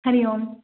हरिः ओम्